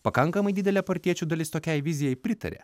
pakankamai didelė partiečių dalis tokiai vizijai pritarė